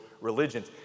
religions